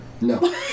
No